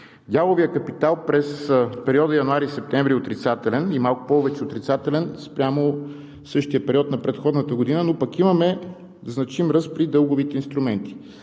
Дяловият капитал през периода януари – септември е отрицателен, като е малко повече отрицателен спрямо същия период на предходната година, но пък имаме значим ръст при дълговите инструменти.